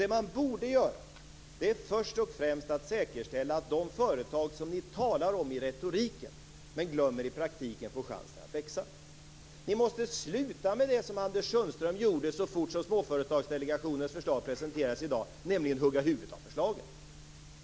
Det man borde göra är först och främst att säkerställa att de företag som ni talar om i retoriken men glömmer i praktiken får chansen att växa. Ni måste sluta med det som Anders Sundström gjorde så fort som Småföretagardelegationens förslag presenterades i dag, nämligen hugga huvudet av förslaget.